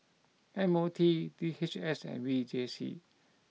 M O T D H S and V J C